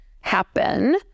happen